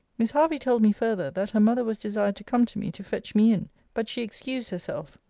miss hervey told me further, that her mother was desired to come to me, to fetch me in but she excused herself.